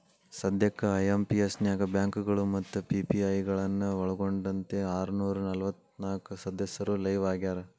ಸದ್ಯಕ್ಕ ಐ.ಎಂ.ಪಿ.ಎಸ್ ನ್ಯಾಗ ಬ್ಯಾಂಕಗಳು ಮತ್ತ ಪಿ.ಪಿ.ಐ ಗಳನ್ನ ಒಳ್ಗೊಂಡಂತೆ ಆರನೂರ ನಲವತ್ನಾಕ ಸದಸ್ಯರು ಲೈವ್ ಆಗ್ಯಾರ